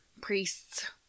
priests